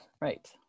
Right